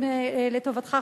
לטובתך,